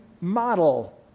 model